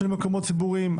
של מקומות ציבוריים,